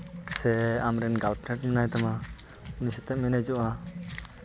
ᱥᱮ ᱟᱢᱨᱮᱱ ᱜᱟᱞᱯᱷᱨᱮᱱᱰ ᱢᱮᱱᱟᱭ ᱛᱟᱢᱟ ᱩᱱᱤ ᱥᱟᱛᱮᱢ ᱮᱱᱮᱡᱚᱜᱼᱟ